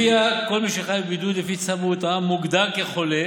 לפיה כל מי שחייב בבידוד לפי צו בריאות העם מוגדר כחולה,